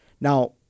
Now